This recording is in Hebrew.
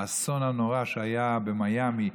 האסון הנורא שהיה במיאמי,